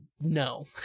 No